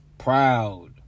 Proud